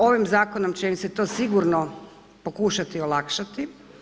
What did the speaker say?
Ovim zakonom će im se to sigurno pokušati olakšati.